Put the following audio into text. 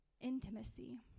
Intimacy